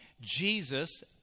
Jesus